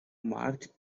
marge